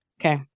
Okay